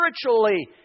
spiritually